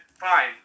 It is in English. fine